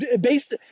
Based